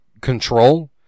Control